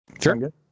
Sure